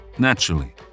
naturally